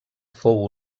fou